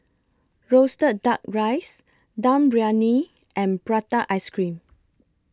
Roasted Duck Rice Dum Briyani and Prata Ice Cream